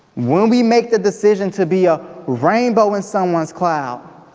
when we make the decision to be a rainbow in someone's cloud,